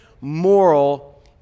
moral